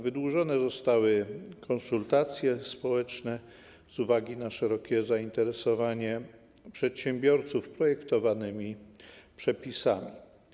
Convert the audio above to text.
Wydłużone zostały konsultacje społeczne z uwagi na szerokie zainteresowanie przedsiębiorców projektowanymi przepisami.